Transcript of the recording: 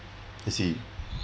I see